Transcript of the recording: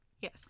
Yes